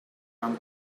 rum